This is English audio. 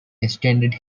extended